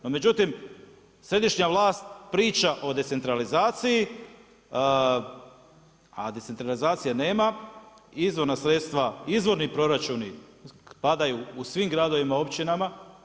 No međutim, središnja vlast priča o decentralizaciji a decentralizacije nema, izvorna sredstva, izvorni proračuni padaju u svim gradovima i općinama.